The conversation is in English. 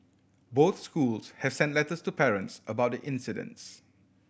both schools have sent letters to parents about the incidents